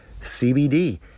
CBD